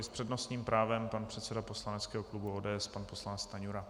S přednostním právem pan předseda poslaneckého klubu ODS pan poslanec Stanjura.